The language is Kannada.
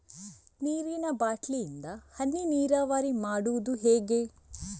ನೀರಿನಾ ಬಾಟ್ಲಿ ಇಂದ ಹನಿ ನೀರಾವರಿ ಮಾಡುದು ಹೇಗೆ?